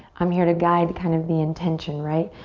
i'm here to guide kind of the intention, right?